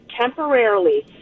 temporarily